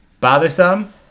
bothersome